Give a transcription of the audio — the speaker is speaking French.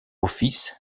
office